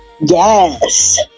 Yes